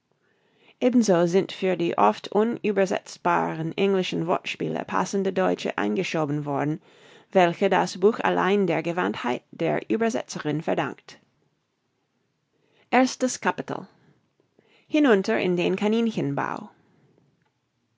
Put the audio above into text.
ebenso sind für die oft unübersetzbaren englischen wortspiele passende deutsche eingeschoben worden welche das buch allein der gewandtheit der uebersetzerin verdankt hinunter in den kaninchenbau